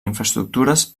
infraestructures